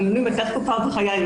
הייתה תקופה בחיי,